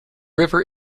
river